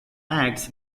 acts